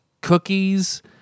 cookies